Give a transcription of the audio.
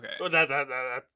okay